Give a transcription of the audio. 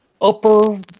upper